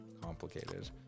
complicated